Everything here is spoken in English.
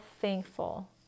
thankful